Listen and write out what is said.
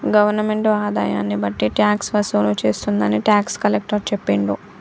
government ఆదాయాన్ని బట్టి tax వసూలు చేస్తుందని టాక్స్ కలెక్టర్ చెప్పిండు